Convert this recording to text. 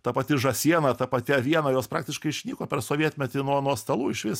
ta pati žąsiena ta pati aviena jos praktiškai išnyko per sovietmetį nuo nuo stalų išvis